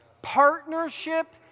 Partnership